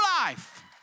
life